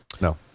No